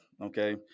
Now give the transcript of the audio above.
Okay